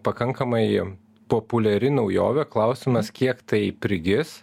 pakankamai populiari naujovė klausimas kiek tai prigis